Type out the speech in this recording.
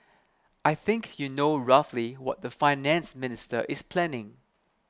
I think you know roughly what the Finance Minister is planning